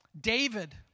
David